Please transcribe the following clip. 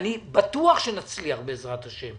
אני בטוח שנצליח בעזרת השם.